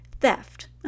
theft